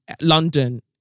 London